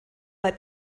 bei